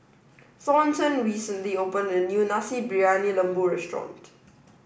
Thornton recently opened a new Nasi Briyani Lembu restaurant